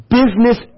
business